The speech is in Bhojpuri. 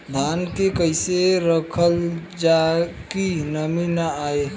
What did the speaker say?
धान के कइसे रखल जाकि नमी न आए?